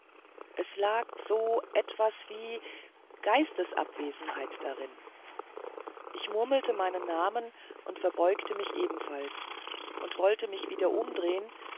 es lag so etwas wie geistesabwesenheit darin ich murmelte meinen namen und verbeugte mich ebenfalls und wollte mich wieder umdrehen